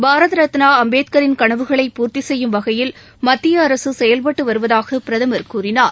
பாரத் ரத்னா அம்பேத்கின் கனவுகளை பூர்த்தி செய்யும் வகையில் மத்திய அரசு செயல்பட்டு வருவதாக பிரதமர் கூறினார்